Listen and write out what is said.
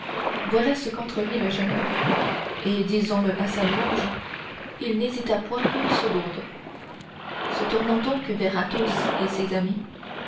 voilà ce qu'entrevit le jeune homme et disons-le à sa louange il n'hésita point une seconde se tournant donc vers athos et ses amis